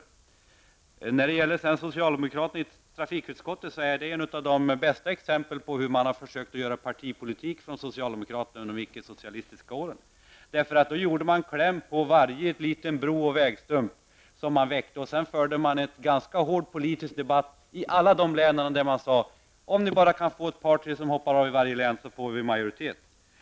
Socialdemokraternas agerande i trafikutskottet är ett av de bästa exemplen på hur de har försökt att göra partipolitik av olika saker under de ickesocialistiska åren. Då hade man nämligen kläm på varje liten bro och vägstump. Sedan förde man en ganska hård politisk debatt i länen. Man sade: Om ni bara kan få ett par tre stycken i varje län att hoppa av får vi majoritet.